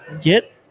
get